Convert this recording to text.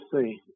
see